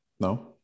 No